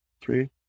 three